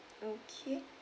okay